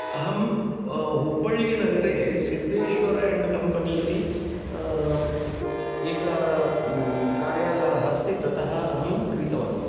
अहं हुब्बल्लिनगरे Siddheshwar and company इति एक कार्यागारः अस्ति ततः अहं क्रीतवान्